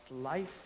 life